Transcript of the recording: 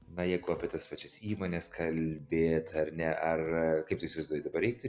na jeigu apie tas pačias įmones kalbėt ar ne ar kaip tu įsivaizduoji dabar reiktų